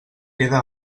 queda